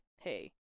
hey